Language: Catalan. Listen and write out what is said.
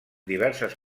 diverses